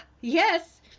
yes